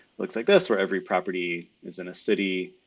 looks like this for every property is in a city.